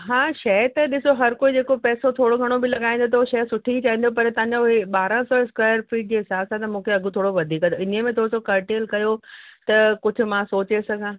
हा शइ त ॾिसो हर कोई जेको पैसो थोरो घणो बि लॻाईंदो त हो शइ सुठी ई चवंदो पर तव्हां हे ॿारहं सौ स्क्वेअर फीट जे हिसाब सां त मूंखे अघि थोरो वधीक त इन्हीअ में थोरो सो कर्टेल कयो त कुझु मां सोचे सघां